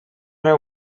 our